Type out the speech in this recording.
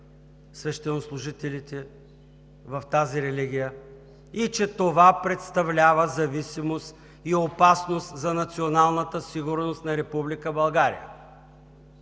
свещенослужителите в тази религия и че това представлява зависимост и опасност за националната сигурност на Република България.